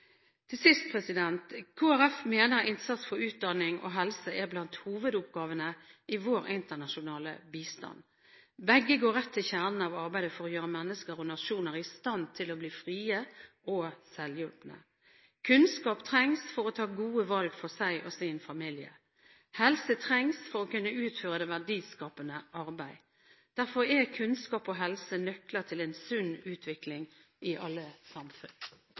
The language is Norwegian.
Til slutt: Kristelig Folkeparti mener innsats for utdanning og helse er blant hovedoppgavene i vår internasjonale bistand. Begge går rett til kjernen av arbeidet for å gjøre mennesker og nasjoner i stand til å bli frie og selvhjulpne. Kunnskap trengs for å ta gode valg for seg og sin familie. Helse trengs for å kunne utføre verdiskapende arbeid. Derfor er kunnskap og helse nøkler til en sunn utvikling i alle samfunn.